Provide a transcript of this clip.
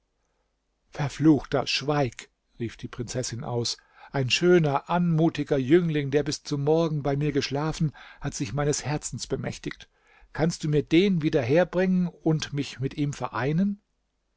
verfluchter schweig rief die prinzessin aus ein schöner anmutiger jüngling der bis zum morgen bei mir geschlafen hat sich meines herzens bemächtigt kannst du mir den wieder herbringen und mich mit ihm vereinen